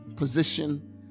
position